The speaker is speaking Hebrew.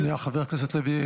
שנייה, חבר הכנסת לוי.